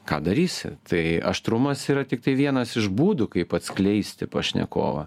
ką darysi tai aštrumas yra tiktai vienas iš būdų kaip atskleisti pašnekovą